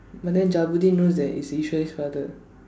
but then Jabudeen knows that it's Eswari's father